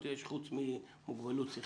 נציבות שוויון זכויות לאנשים עם מוגבלות.